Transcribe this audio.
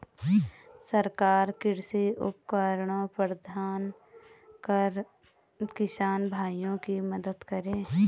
सरकार कृषि उपकरण प्रदान कर किसान भाइयों की मदद करें